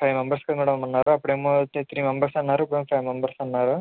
five members కదా madam ఉన్నారు అప్పుడేమో అయితే త్రీ మెంబర్స్ అన్నారు ఇప్పుడేమో ఫైవ్ మెంబర్స్ ఉన్నారు